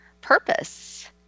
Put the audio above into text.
purpose